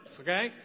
okay